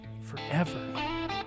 forever